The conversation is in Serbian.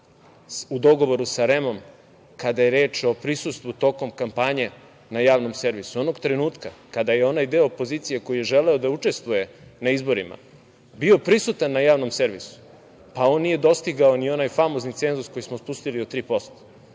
u dogovoru sa REM-om kada je reč o prisustvu tokom kampanje na Javnom servisu, onog trenutka kada je onaj deo opozicije koji je želeo da učestvuje na izborima bio prisutan na Javnom servisu, on nije dostigao ni onaj famozni cenzus koji smo spustili na